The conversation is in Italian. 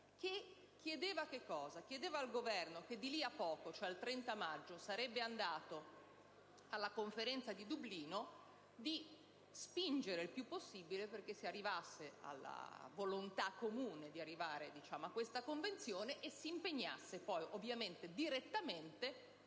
Si chiedeva al Governo, che di lì a poco, il 30 maggio, sarebbe andato alla conferenza di Dublino, di spingere il più possibile perché si arrivasse ad una volontà comune per la stipula di questa Convenzione e di impegnarsi poi direttamente